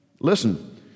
listen